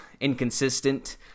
inconsistent